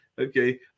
Okay